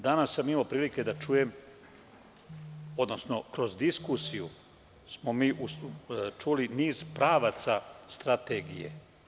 Danas sam imao prilike da čujem, odnosno, kroz diskusiju smo čuli niz pravaca strategije.